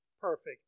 perfect